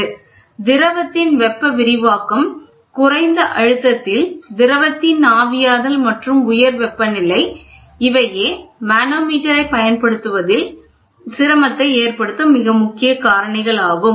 3 திரவத்தின் வெப்ப விரிவாக்கம் மற்றும் குறைந்த அழுத்தத்தில் திரவத்தின் ஆவியாதல் மற்றும் உயர் வெப்பநிலை நிலை இவையே மனோமீட்டரைப் பயன்படுத்துவதில் சிரமத்தை ஏற்படுத்தும் மிக முக்கியமான காரணிகள் ஆகும்